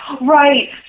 right